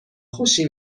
خوشی